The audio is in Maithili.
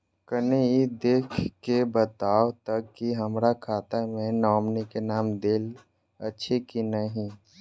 कनि ई देख कऽ बताऊ तऽ की हमरा खाता मे नॉमनी केँ नाम देल अछि की नहि?